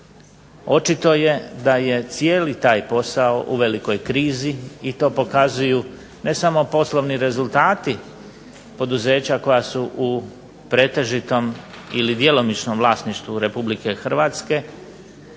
Očito je da cijeli taj posao u velikoj krizi i to pokazuju ne samo poslovni rezultati poduzeća koja su u pretežitom ili djelomičnom vlasništvu RH, dakle